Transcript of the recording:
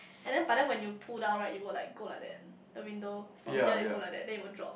and then but then when you pull down right it will like go like that the window from here it go like that then it will drop